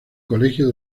colegio